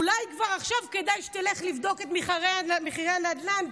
אולי כבר עכשיו כדאי שתלך לבדוק את מחירי הנדל"ן,